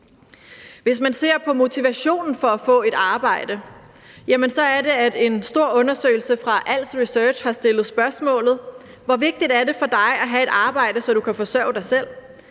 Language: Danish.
Hvis man ser på motivationen for at få et arbejde, er det, at man i en stor undersøgelse fra Als Research har stillet spørgsmålet: Hvor vigtigt er det for dig at have et arbejde, så du kan forsørge dig selv?